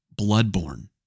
Bloodborne